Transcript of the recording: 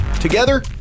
Together